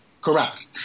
Correct